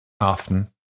Often